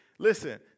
Listen